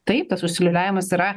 taip tas užsiliūliavimas yra